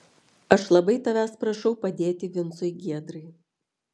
aš labai tavęs prašau padėti vincui giedrai